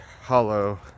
hollow